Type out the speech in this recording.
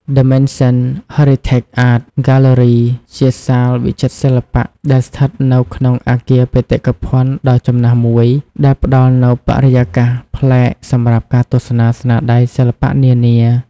ដឹ មេនសិន ហឺរីថេក អាត ហ្គាទ្បឺរី ជាសាលវិចិត្រសិល្បៈដែលស្ថិតនៅក្នុងអគារបេតិកភណ្ឌដ៏ចំណាស់មួយ ដែលផ្តល់នូវបរិយាកាសប្លែកសម្រាប់ការទស្សនាស្នាដៃសិល្បៈនានា។